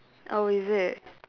oh is it